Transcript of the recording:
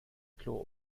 klo